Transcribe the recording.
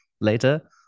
later